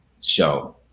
show